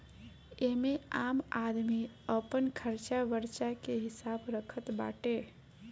एमे आम आदमी अपन खरचा बर्चा के हिसाब रखत बाटे